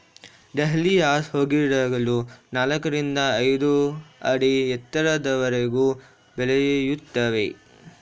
dahlias ಹೂಗಿಡಗಳು ನಾಲ್ಕರಿಂದ ಐದು ಅಡಿ ಎತ್ತರದವರೆಗೂ ಬೆಳೆಯುತ್ತವೆ